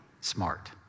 Smart